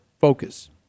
focus